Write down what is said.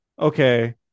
okay